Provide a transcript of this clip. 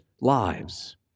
lives